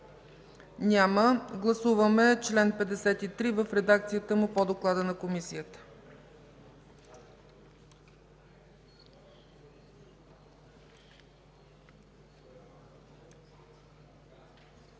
прието. Гласуваме чл. 54 в редакцията му по доклада на Комисията.